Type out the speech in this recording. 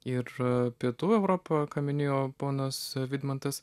ir pietų europa ką minėjo ponas vidmantas